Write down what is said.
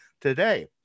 today